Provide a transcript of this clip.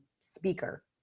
speaker